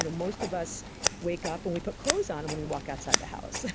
you know most of us wake up and we put clothes on and we walk outside the house.